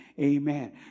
amen